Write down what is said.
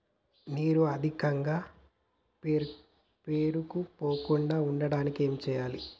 నీరు అధికంగా పేరుకుపోకుండా ఉండటానికి ఏం చేయాలి?